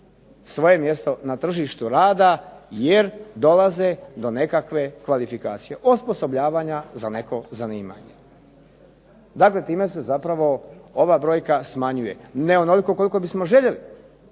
svoje mjesto na tržištu rada, jer dolaze do nekakve kvalifikacije, osposobljavanja za neko zanimanje. Dakle, time se zapravo ova brojka smanjuje. Ne onoliko koliko smo željeli,